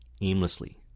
aimlessly